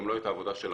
גם לא את העבודה שלכם.